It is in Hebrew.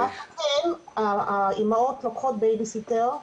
מה שכן האמהות לוקחות בייבי סיטר,